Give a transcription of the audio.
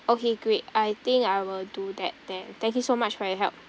okay great I think I will do that then thank you so much for your help